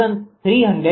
97 kVA છે